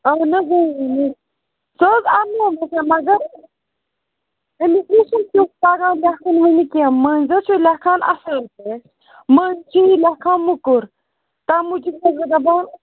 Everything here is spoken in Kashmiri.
اہن حظ سۄ حظ اَننٲو مےٚ سۄ مگر تمس نہ حظ چھُ نہٕ تیُتھ تگان لیٚکھُن ونہ کینٛہہ مٔنٛزۍ حظ چھُ لیٚکھان اصل مٔنٛز چھُ یہِ لیٚکھان موٚکُر تمہ موٗجُب چھَس بہٕ دپان